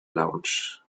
lounge